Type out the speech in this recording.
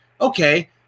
Okay